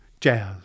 jazz